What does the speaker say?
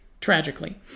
tragically